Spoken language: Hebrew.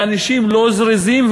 ואנשים לא זריזים,